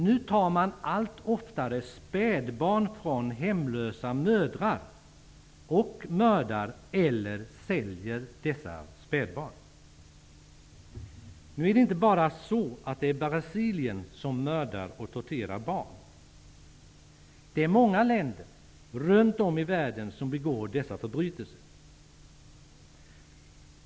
Nu tar man allt oftare spädbarn från hemlösa mödrar och mördar eller säljer dessa spädbarn. Nu är det inte bara Brasilien som mördar och torterar barn. Det är många länder runtom i världen som begår dessa förbrytelser.